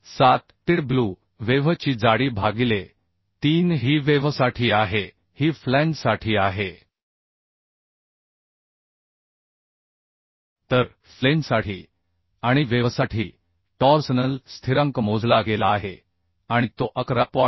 7 tw वेव्हची जाडी भागिले 3 ही वेव्हसाठी आहे ही फ्लॅंजसाठी आहे तर फ्लेंजसाठी आणि वेव्हसाठी टॉर्सनल स्थिरांक मोजला गेला आहे आणि तो 11